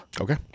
Okay